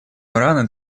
урана